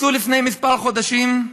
יצאו לפני כמה חודשים,